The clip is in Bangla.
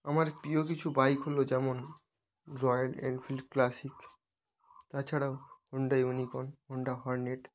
আমার প্রিয় কিছু বাইক হলো যেমন রয়েল এনফিল্ড ক্লাসিক তাছাড়াও হুন্ডা ইউনিকর্ন হুন্ডা হরনেট